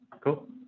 Cool